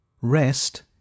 rest